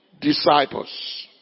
disciples